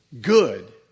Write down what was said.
good